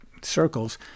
circles